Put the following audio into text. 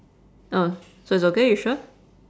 oh so it's okay you sure